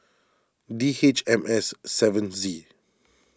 D H M S seven Z